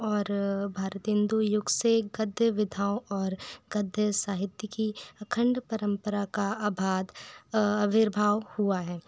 और भारतेन्दु युग से गद्य विधाओं और गद्य साहित्य की अखण्ड परंपरा का अभाद आविर्भाव हुआ है